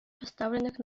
поставленных